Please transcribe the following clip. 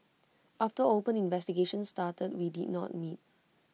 after open investigations started we did not meet